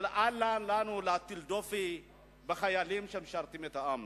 אבל אל לנו להטיל דופי בחיילים שמשרתים את העם.